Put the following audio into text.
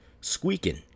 squeaking